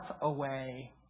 away